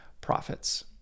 profits